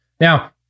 Now